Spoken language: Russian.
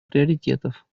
приоритетов